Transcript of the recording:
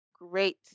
great